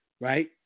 Right